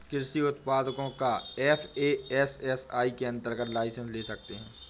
कृषि उत्पादों का एफ.ए.एस.एस.आई के अंतर्गत लाइसेंस ले सकते हैं